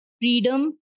freedom